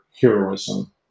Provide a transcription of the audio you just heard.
heroism